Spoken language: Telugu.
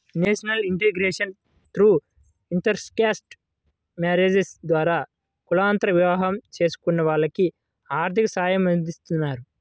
national integration through intercaste marriages ద్వారా కులాంతర వివాహం చేసుకున్న వాళ్లకి ఆర్థిక సాయమందిస్తారు